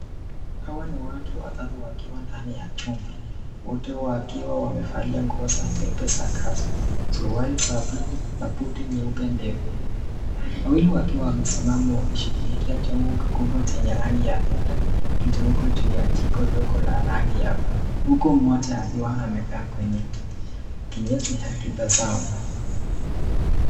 Hawa ni watu watatu wakiwa ndani ya chumba wote wakiwa wamevalia nguo za nyeupe suruali za blue na kabuti nyeupe ndefu wawili wakiwa wamesimama, wakishugulikia umbo kikibwa yenye juu ya jiko yenye rangi ya blue huku moja akiwa amekaa kwenye kinyezi akiwatazama.